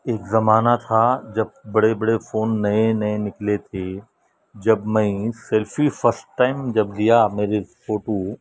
ایک زمانہ تھا جب بڑے بڑے فون نئے نئے نکلے تھے جب میں سیلفی فرسٹ ٹائم جب لیا میں نے فوٹو